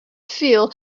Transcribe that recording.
feel